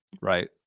right